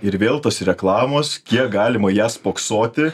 vėl tos reklamos kiek galima į ją spoksoti